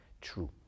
true